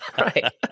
Right